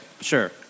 sure